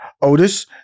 Otis